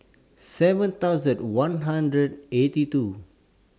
seven thousand one hundred eighty two